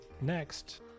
next